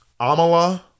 Amala